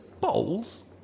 Bowls